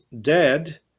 dead